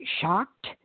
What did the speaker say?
shocked